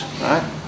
right